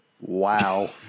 Wow